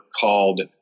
called